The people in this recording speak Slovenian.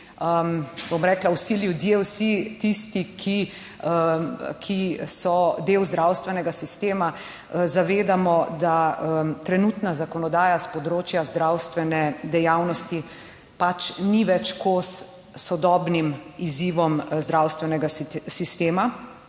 bom rekla, vsi ljudje, vsi tisti, ki so del zdravstvenega sistema, zavedamo, da trenutna zakonodaja s področja zdravstvene dejavnosti pač ni več kos sodobnim izzivom zdravstvenega sistema.